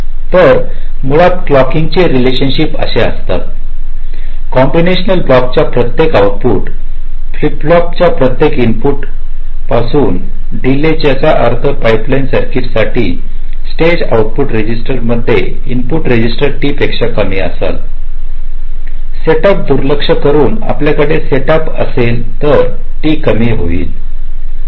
तर मुळात क्लॉकिंगचे रिलेशनशप्स असे असतात कॉम्बिनेशनल ब्लॉकच्या प्रत्येक आउटपुट फ्लिप फ्लॉप प्रत्येक इनपुट फ्लिप फ्लॉपपासून डीले ज्याचा अर्थ पाइपलाइन सर्किट साठी स्टेजच्या आउट पुट रजिस्टरमध्ये इनपुट रजिस्टर T पेक्षा कमी असाला सेटअप दुलिक्ष करून आपल्याकडे सेटअप असेल तर T कमी होईल